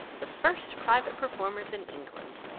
the first private performers in england.